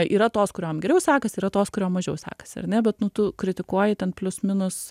yra tos kuriom geriau sekasi yra tos kuriom mažiau sekasi ar ne bet nu tu kritikuoji ten plius minus